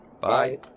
bye